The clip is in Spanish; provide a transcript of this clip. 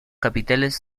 capiteles